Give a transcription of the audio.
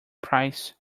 price